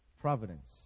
providence